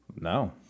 no